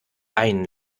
ein